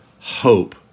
hope